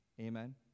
Amen